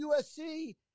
USC